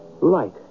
Light